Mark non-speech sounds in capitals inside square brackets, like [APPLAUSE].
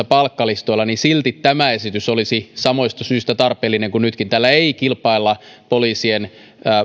[UNINTELLIGIBLE] palkkalistoilla niin silti tämä esitys olisi samoista syistä tarpeellinen kuin nytkin tällä ei kilpailla poliisien